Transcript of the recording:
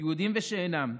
יהודים ושאינם יהודים.